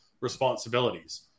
responsibilities